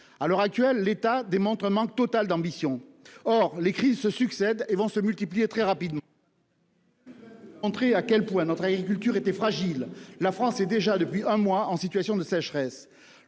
à l'heure actuelle, l'État démontre manque total d'ambition. Or les crises se succèdent et vont se multiplier, très rapidement. Entré à quel point notre agriculture était fragile. La France est déjà depuis un mois en situation de sécheresse